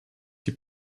die